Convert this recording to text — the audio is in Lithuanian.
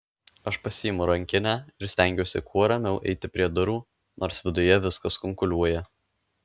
aš pasiimu rankinę ir stengiuosi kuo ramiau eiti prie durų nors viduje viskas kunkuliuoja